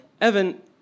Evan